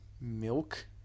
Milk